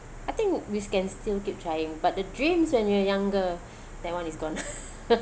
I think we can still keep trying but the dreams when you were younger that [one] is gone